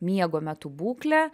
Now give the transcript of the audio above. miego metu būklė